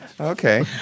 Okay